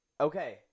Okay